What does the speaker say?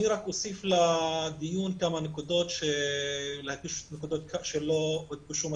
אני רק אוסיף לדיון כמה נקודות שלא הודגשו מספיק.